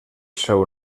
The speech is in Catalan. seu